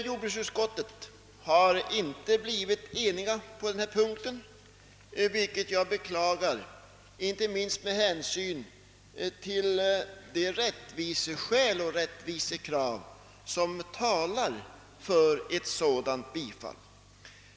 Jordbruksutskottet har inte blivit enigt på denna punkt, vilket jag beklagar inte minst med hänsyn till de rättviseskäl som talar för ett bifall.